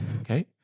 Okay